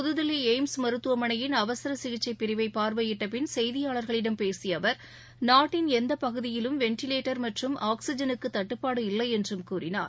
புதுதில்லி AIIMS மருத்துவமனையிள் அவசர சிகிச்சைப் பிரிவை பார்வையிட்ட பின் செய்தியாளர்களிடம் பேசிய அவர் நாட்டின் எந்த பகுதியிலும் வெண்டிவேட்டர் மற்றும் ஆக்ஸிஜனுக்கு தட்டுப்பாடு இல்லை என்றும் கூறினார்